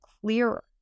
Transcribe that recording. clearer